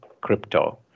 crypto